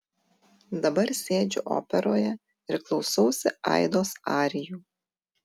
dabar sėdžiu operoje ir klausausi aidos arijų